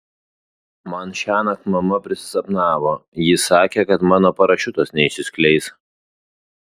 man šiąnakt mama prisisapnavo ji sakė kad mano parašiutas neišsiskleis